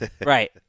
Right